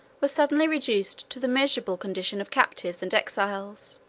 were suddenly reduced to the miserable condition of captives and exiles.